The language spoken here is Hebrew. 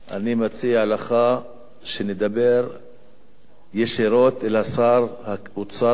אני מציע לך שנדבר ישירות אל שר האוצר-על,